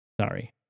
Sorry